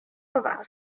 poważnie